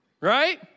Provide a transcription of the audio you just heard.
right